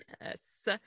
yes